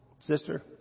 Sister